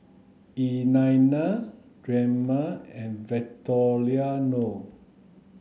Eliana Drema and Victoriano